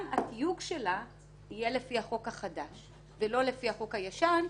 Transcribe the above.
גם התיוג יהיה לפי החוק החדש ולא לפי החוק הישן,